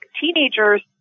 teenagers